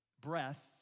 Breath